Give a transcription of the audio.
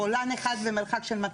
בולען אחד במרחק של 200?